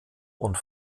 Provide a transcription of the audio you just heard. und